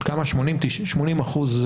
80%,